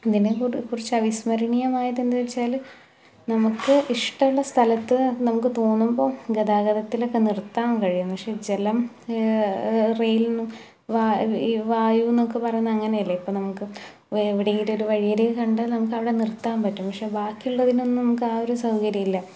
ഇതിനെ കുറിച്ച് അവിസ്മരണീയമായതെന്ന് വെച്ചാല് നമുക്ക് ഇഷ്ടമുള്ള സ്ഥലത്ത് നമുക്ക് തോന്നുമ്പോൾ ഗതാഗതത്തിൽ ഒക്കെ നിർത്താൻ കഴിയും പക്ഷേ ജലം റെയില് എന്നും വാ ഈ വാ വായൂ എന്നൊക്കെ പറയുന്നത് അങ്ങനെ അല്ല ഇപ്പോൾ നമുക്ക് എവിടെയെങ്കിലും ഒരു വഴിയരിക് കണ്ടാല് നമുക്ക് അവിടെ നിർത്താൻ പറ്റും പക്ഷേ വാക്കിയുള്ളതിനൊന്നും നമുക്ക് ആ ഒരു സൗകര്യമില്ല